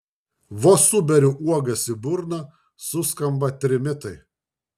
vos suberiu uogas į burną suskamba trimitai